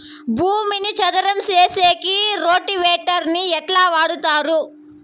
భూమిని చదరం సేసేకి రోటివేటర్ ని ఎట్లా వాడుతారు?